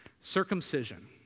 circumcision